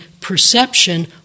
perception